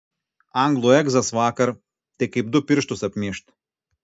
anglų egzas vakar tai kaip du pirštus apmyžt